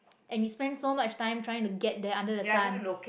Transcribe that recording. and we spend so much time trying to get there under the sun